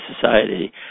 society